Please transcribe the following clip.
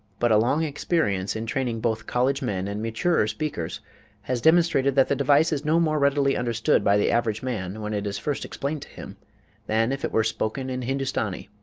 but a long experience in training both college men and maturer speakers has demonstrated that the device is no more readily understood by the average man when it is first explained to him than if it were spoken in hindoostani.